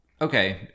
Okay